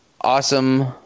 Awesome